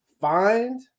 find